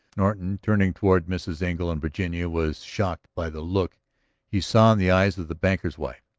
norton, turning toward mrs. engle and virginia, was shocked by the look he saw in the eyes of the banker's wife.